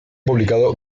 publicado